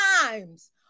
times